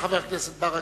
חבר הכנסת ברכה.